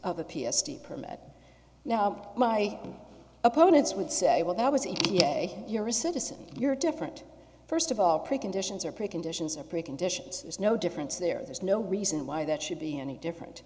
a p s t permit now my opponents would say well that was ek you're a citizen you're different first of all preconditions are preconditions or preconditions there's no difference there there's no reason why that should be any different